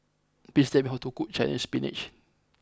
please tell me how to cook Chinese Spinach